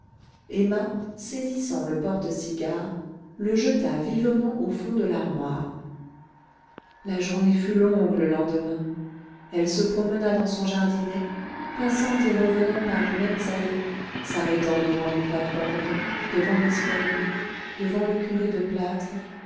emma saisissant le porte cigares le jeta vivement au fond de l'armoire la journée fut longue le lendemain elle se promena dans son jardinet passant et revenant par les mêmes allées s'arrêtant devant les plates-bandes devant l'espalier devant le curé de plâtre